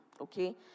okay